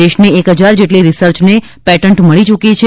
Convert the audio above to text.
દેશની એક હજાર જેટલી રીસર્ચને પેટન્ટ મળી યૂકી છે